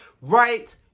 right